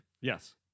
yes